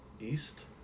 east